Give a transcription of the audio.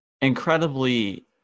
incredibly